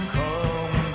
come